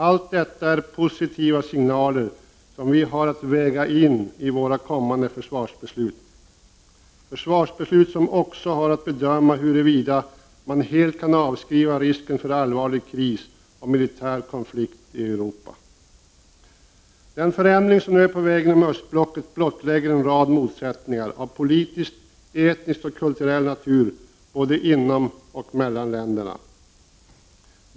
Allt detta är positiva signaler som vi har att väga in i våra kommande försvarsbeslut, försvarsbeslut där vi också har att bedöma huruvida man helt kan avskriva risken för allvarlig kris och militär konflikt i Europa. Den förändring som nu är på väg inom östblocket blottlägger en rad motsättningar av politisk, etnisk och kulturell natur både inom och mellan länderna.